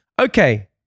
okay